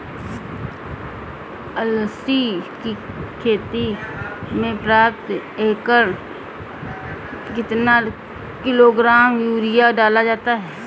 अलसी की खेती में प्रति एकड़ कितना किलोग्राम यूरिया डाला जाता है?